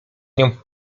nią